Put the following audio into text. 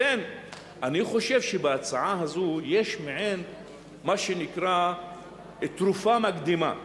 לכן אני חושב שבהצעה הזאת יש מה שנקרא תרופה מקדימה.